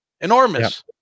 enormous